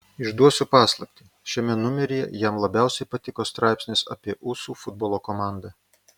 išduosiu paslaptį šiame numeryje jam labiausiai patiko straipsnis apie usų futbolo komandą